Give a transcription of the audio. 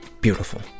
beautiful